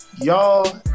y'all